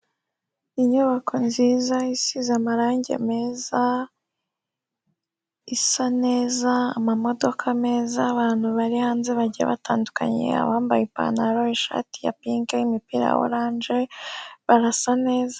Inyubako nziza isize amarangi meza, isa neza, amamodoka meza, abantu bari hanze bagiye batandukanye, abambaye ipantaro, ishati ya pinki, imipira ya orange, barasa neza.